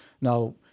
Now